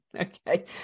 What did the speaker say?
Okay